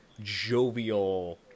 jovial